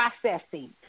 processing